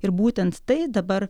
ir būtent tai dabar